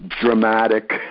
dramatic